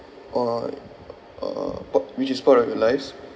uh uh part which is part of your lives